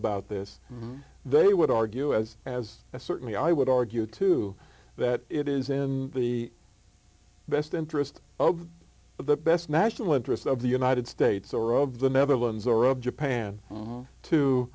about this they would argue as has a certainly i would argue too that it is in the best interest of the best national interests of the united states or of the netherlands or of japan